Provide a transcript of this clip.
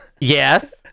Yes